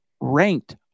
ranked